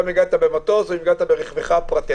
במטוס או ברכבך הפרטי.